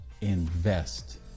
invest